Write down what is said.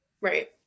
Right